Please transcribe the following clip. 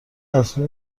اصلی